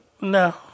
No